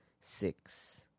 six